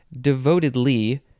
Devotedly